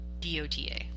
DOTA